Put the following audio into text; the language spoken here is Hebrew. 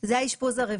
וזה גם עניין סובייקטיבי,